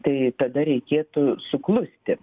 tai tada reikėtų suklusti